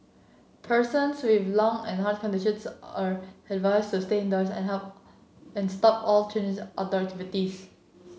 persons with lung and heart conditions are advised to stay indoors and help and stop all outdoor